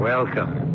Welcome